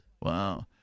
Wow